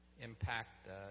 impact